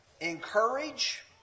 encourage